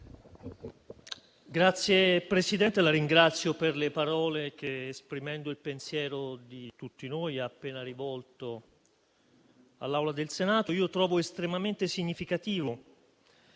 Signor Presidente, la ringrazio per le parole che, esprimendo il pensiero di tutti noi, ha appena rivolto all'Assemblea del Senato. Trovo estremamente significativo